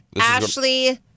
Ashley